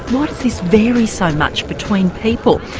why does this vary so much between people?